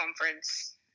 conference